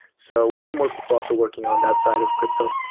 so we need more people also working on that side of crypto.